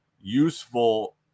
useful